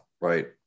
Right